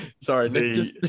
sorry